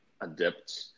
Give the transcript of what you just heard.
adapt